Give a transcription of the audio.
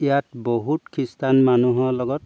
ইয়াত বহুত খ্ৰীষ্টান মানুহৰ লগত